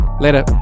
Later